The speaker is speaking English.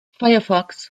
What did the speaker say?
firefox